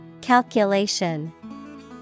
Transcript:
Calculation